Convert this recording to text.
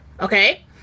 okay